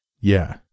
Yeah